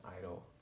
idol